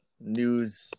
news